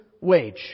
wage